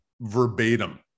verbatim